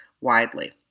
widely